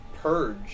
Purge